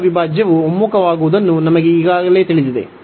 ಮಾದರಿ ಅವಿಭಾಜ್ಯವು ಒಮ್ಮುಖವಾಗುವುದು ನಮಗೆ ಈಗಾಗಲೇ ತಿಳಿದಿದೆ